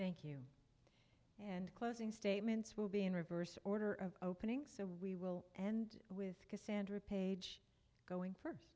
thank you and closing statements will be in reverse order of opening so we will end with cassandra paige going